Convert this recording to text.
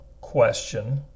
question